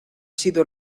sido